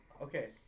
Okay